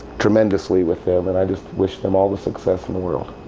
tremendously with them, and i just wish them all the success in the world.